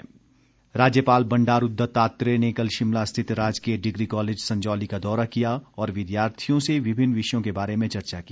राज्यपाल राज्यपाल बंडारू दत्तात्रेय ने कल शिमला स्थित राजकीय डिग्री कॉलेज संजौली का दौरा किया और विद्यार्थियों से विभिन्न विषयों के बारे में चर्चा की